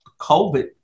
COVID